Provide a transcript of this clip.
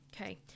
Okay